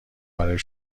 برای